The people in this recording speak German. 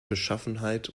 beschaffenheit